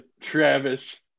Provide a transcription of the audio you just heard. travis